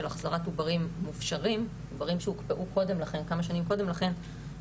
החזרת עוברים מופשרים עוברים שהוקפאו כמה שנים קודם לכן,